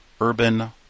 urban